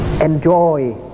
enjoy